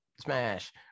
smash